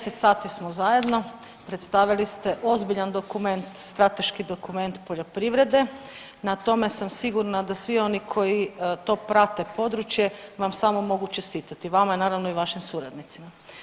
10 sati smo zajedno, predstavili ste ozbiljan dokument, strateški dokument poljoprivrede, na tome sam sigurna da svi oni koji to prate područje vam samo mogu čestitati, vama naravno, i vašim suradnicima.